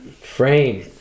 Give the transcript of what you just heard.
Frame